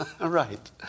Right